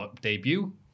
debut